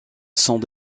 sont